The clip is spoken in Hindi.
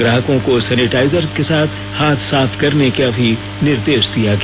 ग्राहकों को सेनिटायजर से हाथ साफ करने का भी निर्देश दिया गया